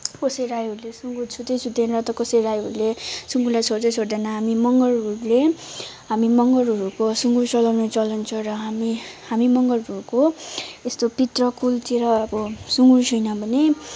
कसै राईहरूले सुँगुर छुँदै छुँदैन त कसै राईहरूले सुँगुरलाई छोड्दै छोड्दैन हामी मगरहरूले हामी मगरहरूको सुँगुर चलाउने चलन छ र हामी हामी मगरहरूको यस्तो पितृ कुलतिर अब सुँगुर छैन भने